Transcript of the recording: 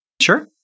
Sure